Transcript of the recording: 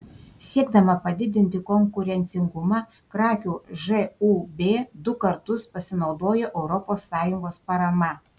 siekdama padidinti konkurencingumą krakių žūb du kartus pasinaudojo europos sąjungos parama